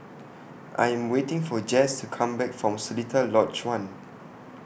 I'm waiting For Jase to Come Back from Seletar Lodge one